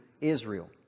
Israel